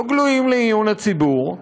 לא גלויים לעיון הציבור.